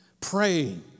Praying